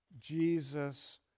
Jesus